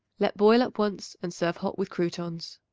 let boil up once and serve hot with croutons.